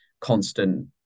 constant